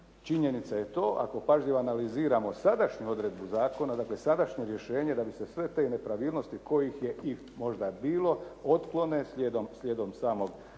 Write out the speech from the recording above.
Činjenica je to ako pažljivo analiziramo sadašnju odredbu zakona, dakle sadašnje rješenje da bi se sve te nepravilnosti kojih je i možda bilo otklone slijedom samih